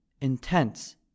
intense